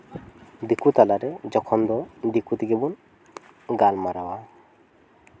ᱫᱤᱠᱩ ᱛᱟᱞᱟᱨᱮ ᱛᱚᱠᱷᱚᱱ ᱫᱚ ᱫᱤᱠᱩ ᱛᱮᱜᱮ ᱵᱚᱱ ᱜᱟᱞᱢᱟᱨᱟᱣᱟ